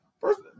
first